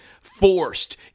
forced